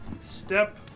step